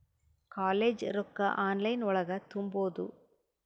College ರೊಕ್ಕ online ಒಳಗ ತುಂಬುದು?